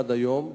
עד היום,